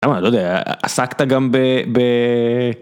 אבל אני לא יודע, עסקת גם ב... ב...